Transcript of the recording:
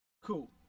cool